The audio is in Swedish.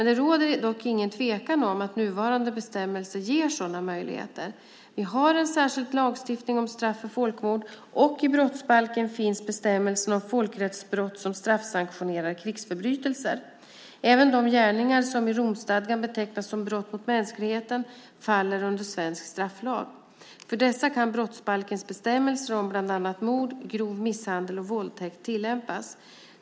Det råder dock ingen tvekan om att nuvarande bestämmelser ger sådana möjligheter. Vi har en särskild lagstiftning om straff för folkmord, och i brottsbalken finns bestämmelsen om folkrättsbrott som straffsanktionerar krigsförbrytelser. Även de gärningar som i Romstadgan betecknas som brott mot mänskligheten faller under svensk strafflag. För dessa kan brottsbalkens bestämmelser om bland annat mord, grov misshandel och våldtäkt tillämpas.